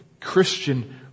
Christian